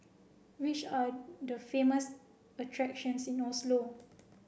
which are the famous attractions in Oslo